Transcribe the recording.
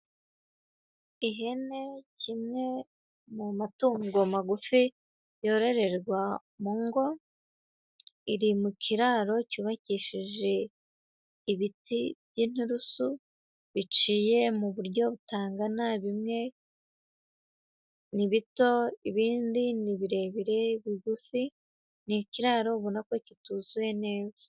Ihene kimwe mu matungo magufi, yororerwa mu ngo, iri mu kiraro cyubakishije ibiti by'inturusu biciye mu buryo butangana, bimwe ni bito, ibindi ni birebire, bigufi, ni ikiraro ubona ko kituzuye neza.